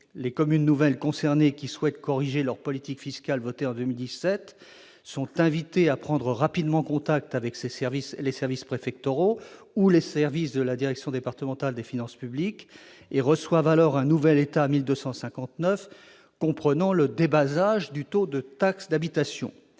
les communes nouvelles concernées qui souhaitent corriger leur politique fiscale votée en 2017 sont invitées à prendre rapidement contact avec les services préfectoraux ou avec les services de la direction départementale des finances publiques. Ils reçoivent alors un nouvel état 1259 comprenant le débasage du taux de taxe d'habitation.